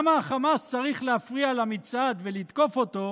למה החמאס צריך להפריע למצעד ולתקוף אותו